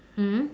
mm